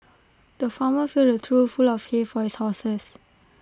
the farmer filled A trough full of hay for his horses